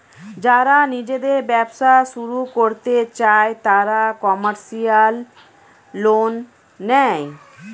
যারা নিজেদের ব্যবসা শুরু করতে চায় তারা কমার্শিয়াল লোন নেয়